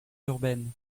urbaine